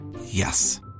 Yes